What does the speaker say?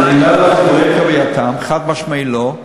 אז אני אומר לך את הדברים כהווייתם, חד-משמעית לא.